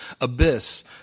abyss